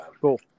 cool